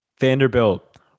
Vanderbilt